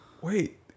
wait